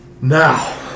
now